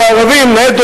אל תפגעו בערבים,